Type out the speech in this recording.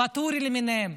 ואטורי למיניהם.